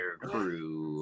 Crew